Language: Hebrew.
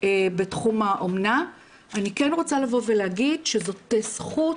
בתחום האומנה, אני כן רוצה להגיד שזאת זכות